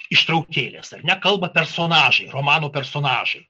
ištraukėlės ar ne kalba personažai romano personažai